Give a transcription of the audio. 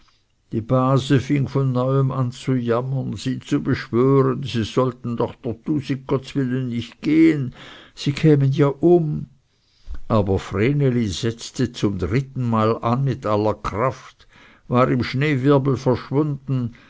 die base fing von neuem an zu jammern sie zu beschwören sie sollten doch dr tusig gottswillen nicht gehen sie kämen ja um aber vreneli setzte zum drittenmal an mit aller kraft war im schneewirbel verschwunden